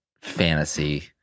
fantasy